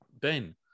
Ben